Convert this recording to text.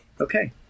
Okay